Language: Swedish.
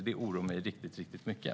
Det oroar mig riktigt mycket.